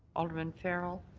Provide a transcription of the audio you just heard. alderman farrell.